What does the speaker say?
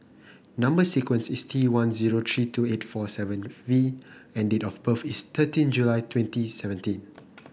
number sequence is T one zero three two eight four seven V and date of birth is thirteen July twenty seventeen